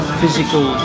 physical